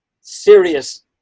serious